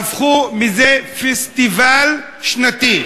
עשו מזה פסטיבל שנתי.